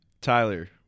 Tyler